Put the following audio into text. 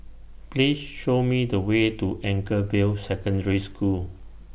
Please Show Me The Way to Anchorvale Secondary School